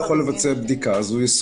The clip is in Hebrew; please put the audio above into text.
אם הוא לא יכול לבצע בדיקה אז הוא יסורב,